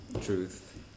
truth